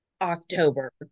october